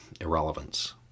irrelevance